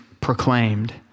proclaimed